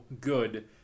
good